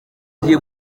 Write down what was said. gihe